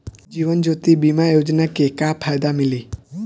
जीवन ज्योति बीमा योजना के का फायदा मिली?